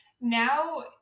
Now